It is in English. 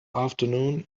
afternoon